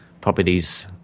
properties